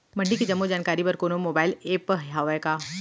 मंडी के जम्मो जानकारी बर कोनो मोबाइल ऐप्प हवय का?